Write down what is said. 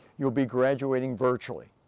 you'll be graduating virtually.